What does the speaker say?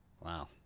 Wow